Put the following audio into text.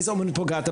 איזה אמנות פוגעת,